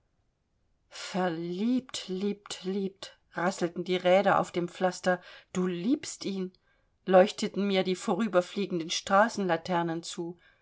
verliebt liebt liebt rasselten die räder auf dem pflaster du liebst ihn leuchteten mir die vorüberfliegendem straßenlaternen zu